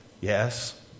yes